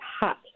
hot